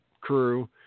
crew